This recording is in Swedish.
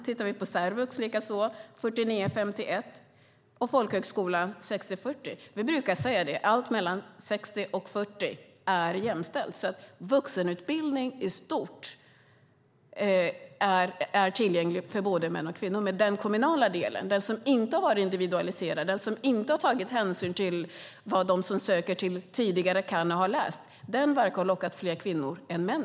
Tittar vi på särvux är det 49-51 och på folkhögskolan 60-40. Vi brukar säga att allt mellan 60 procent och 40 procent är jämställt, så vuxenutbildning i stort är tillgänglig för både män och kvinnor. Men den kommunala delen, den som inte har individualiserats eller tagit hänsyn till vad de som söker tidigare kan och har läst, verkar ha lockat fler kvinnor än män.